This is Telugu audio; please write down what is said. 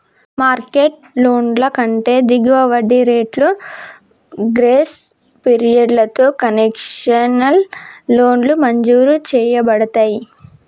మార్కెట్ లోన్ల కంటే దిగువ వడ్డీ రేట్లు, గ్రేస్ పీరియడ్లతో కన్సెషనల్ లోన్లు మంజూరు చేయబడతయ్